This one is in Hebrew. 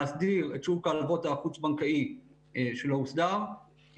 להסדיר את שוק ההלוואות החוץ בנקאי שלא הוסדר,